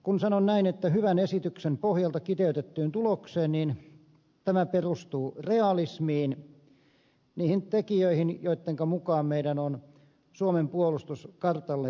kun sanon näin että hyvän esityksen pohjalta kiteytettyyn tulokseen niin tämä perustuu realismiin niihin tekijöihin joittenka mukaan meidän on suomen puolustus kartalle sijoitettava